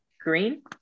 green